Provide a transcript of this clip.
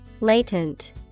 Latent